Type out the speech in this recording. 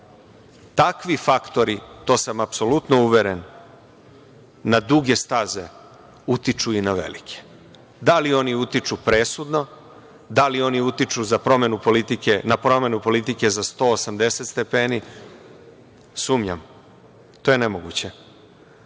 Takvi faktori, to sam apsolutno uveren, na duge staze utiču i na velike. Da li oni utiču presudno, da li oni utiču na promenu politike za 180 stepeni, sumnjam, to je nemoguće.